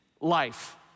life